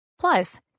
Plus